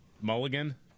mulligan